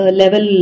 level